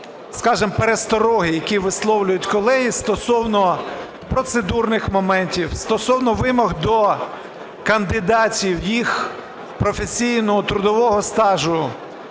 скажімо, перестороги, які висловлюють колеги стосовно процедурних моментів, стосовно вимог до кандидатів, їх професійного, трудового стажу,